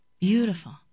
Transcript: Beautiful